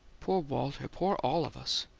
poor walter! poor all of us!